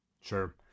Sure